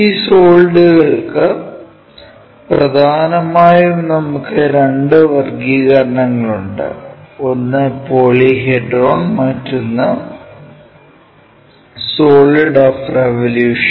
ഈ സോളിഡുകൾക്ക് പ്രധാനമായും നമുക്ക് രണ്ട് വർഗ്ഗീകരണങ്ങളുണ്ട് ഒന്ന് പോളിഹെഡ്രോൺ മറ്റൊന്ന് സോളിഡ്സ് ഓഫ് റേവൊല്യൂഷൻ